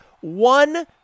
one